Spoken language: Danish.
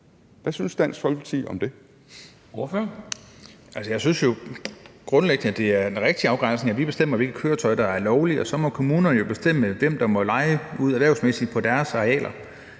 Hvad synes Dansk Folkeparti om det?